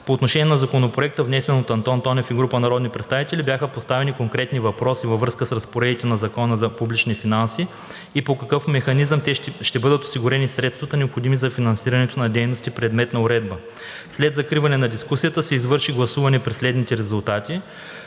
По отношение на Законопроекта, внесен от Антон Тонев и група народни представители, бяха поставени конкретни въпроси във връзка с разпоредбите на Закона за публичните финанси и по какъв механизъм ще бъдат осигурени средствата, необходими за финансирането на дейностите, предмет на уредба. След закриване на дискусията се извърши гласуване при следните резултати: